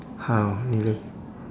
好你呢